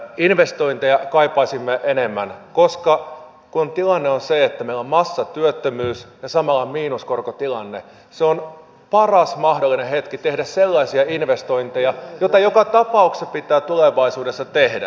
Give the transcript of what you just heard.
investointeja kaipaisimme enemmän koska kun tilanne on se että meillä on massatyöttömyys ja samalla miinuskorkotilanne se on paras mahdollinen hetki tehdä sellaisia investointeja joita joka tapauksessa pitää tulevaisuudessa tehdä